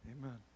Amen